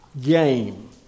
game